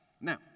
Now